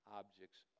objects